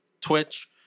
twitch